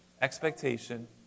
expectation